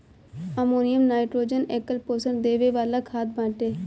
ammonium nitrogen एकल पोषण देवे वाला खाद बाटे